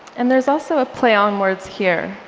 and there's also a play on words here,